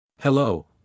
Hello